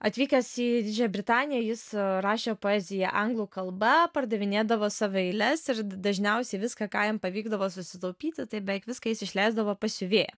atvykęs į didžiąją britaniją jis rašė poeziją anglų kalba pardavinėdavo savo eiles ir dažniausiai viską ką jam pavykdavo susitaupyti tai beveik viską jis išleisdavo pas siuvėją